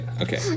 okay